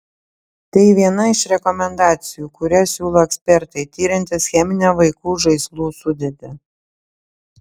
tai viena iš rekomendacijų kurią siūlo ekspertai tiriantys cheminę vaikų žaislų sudėtį